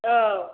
औ